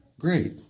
Great